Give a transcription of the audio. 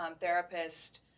therapist